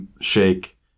Shake